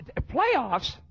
Playoffs